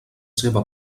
seva